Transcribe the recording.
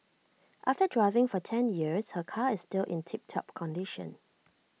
after driving for ten years her car is still in tip top condition